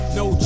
no